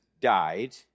died